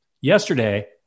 Yesterday